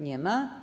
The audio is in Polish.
Nie ma.